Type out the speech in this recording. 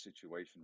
situation